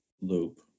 Loop